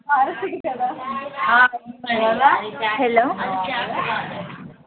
hello